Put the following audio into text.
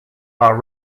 are